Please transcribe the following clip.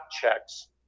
checks